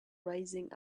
rising